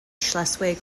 schleswig